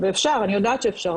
ואפשר אני יודעת שאפשר,